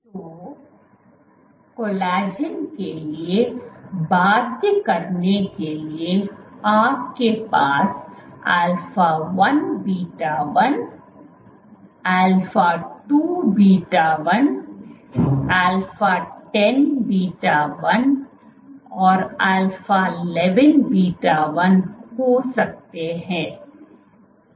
तो कोलेजन के लिए बाध्य करने के लिए आप के पास alpha 1 beta 1 alpha 2 beta 1 alpha 10 beta 1 और अल्फा 11 बीटा 1 हो सकते हैं